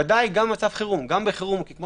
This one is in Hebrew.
גם בחירום, כמו